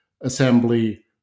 assembly